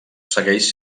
segueix